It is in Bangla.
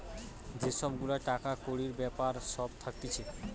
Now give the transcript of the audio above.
যে সব গুলা টাকা কড়ির বেপার সব থাকতিছে